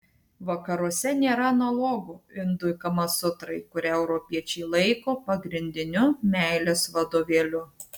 vakaruose nėra analogo indų kamasutrai kurią europiečiai laiko pagrindiniu meilės vadovėliu